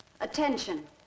Attention